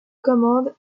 commandes